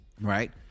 Right